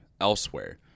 elsewhere